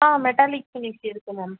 ஆ metallic இருக்கு ma'am